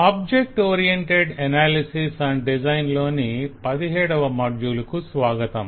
object oriented analysis and design లోని 17వ module కు స్వాగతం